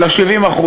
אלא 70%,